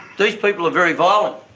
these people are very violent,